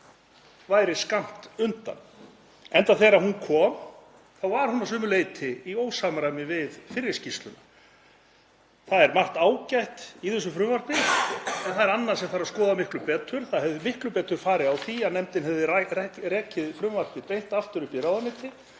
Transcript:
væri skammt undan, enda þegar hún kom var hún að sumu leyti í ósamræmi við fyrri skýrsluna. Það er margt ágætt í þessu frumvarpi en það er annað sem þarf að skoða miklu betur. Það hefði miklu betur farið á því að nefndin hefði rekið frumvarpið beint aftur upp í ráðuneyti